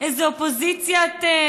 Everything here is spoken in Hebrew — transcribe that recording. "איזה אופוזיציה אתם",